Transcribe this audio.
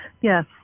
Yes